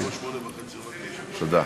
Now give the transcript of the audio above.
תודה.